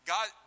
God